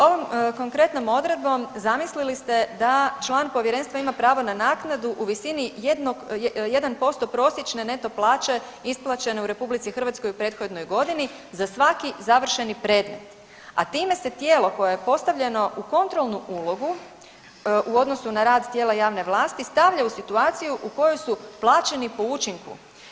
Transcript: Ovom konkretnom odredbom zamislili ste da član Povjerenstva ima pravo na naknadu u visini 1% prosječne neto plaće isplaćene u RH u prethodnoj godini za svaki završeni predmet, a time se tijelo koje je postavljeno u kontrolnu ulogu u odnosu na rad tijela javne vlasti, stavlja u situaciju u kojoj su plaćeni po učinku.